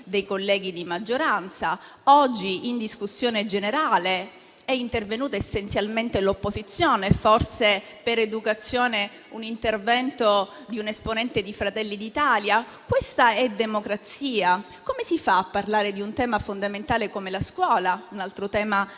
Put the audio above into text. Oggi in discussione generale è intervenuta essenzialmente l'opposizione e, forse per educazione, c'è stato l'intervento di un esponente di Fratelli d'Italia. Questa è democrazia? Come si fa a parlare di un tema fondamentale come la scuola e di altri temi importanti